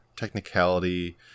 technicality